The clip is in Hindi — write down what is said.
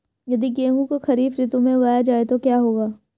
यदि गेहूँ को खरीफ ऋतु में उगाया जाए तो क्या होगा?